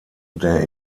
der